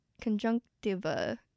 conjunctiva